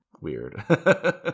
Weird